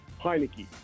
Heineke